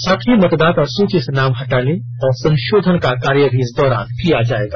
साथ ही मतदाता सूची से नाम हटाने और संषोधन का कार्य भी इस दौरान किया जायेगा